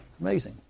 amazing